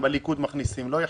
הליכוד מכניסים שניים, לא אחד.